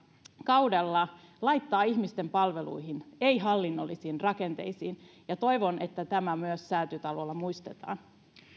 kaudella laittaa ihmisten palveluihin ei hallinnollisiin rakenteisiin ja toivon että tämä myös säätytalolla muistetaan